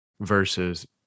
versus